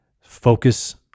focus